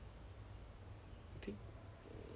or just Saoko but I don't know lah